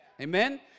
Amen